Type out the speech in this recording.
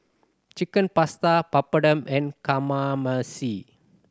Chicken Pasta Papadum and Kamameshi